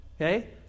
Okay